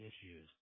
issues